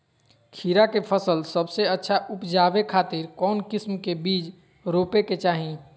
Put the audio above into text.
खीरा के फसल सबसे अच्छा उबजावे खातिर कौन किस्म के बीज रोपे के चाही?